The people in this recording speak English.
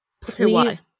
Please